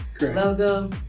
logo